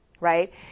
Right